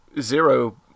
zero